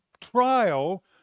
trial